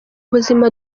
buzima